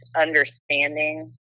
understanding